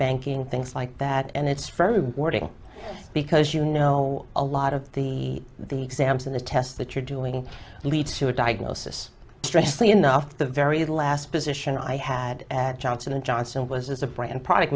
banking things like that and it's very rewarding because you know a lot of the the exams and the tests that you're doing leads to a diagnosis stress the enough the very last position i had at johnson and johnson was as a brand product